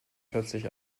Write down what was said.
plötzlich